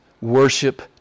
worship